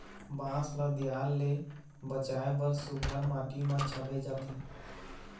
बांस ल दियार ले बचाए बर सुग्घर माटी म छाबे जाथे